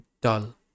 dull